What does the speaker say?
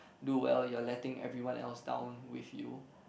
do well you are letting everyone else down with you